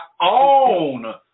own